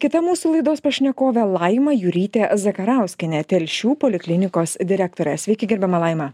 kita mūsų laidos pašnekovė laima jurytė zakarauskienė telšių poliklinikos direktorė sveiki gerbiama laima